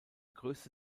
größte